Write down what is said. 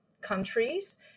countries